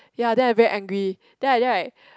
ya then I very angry then I then I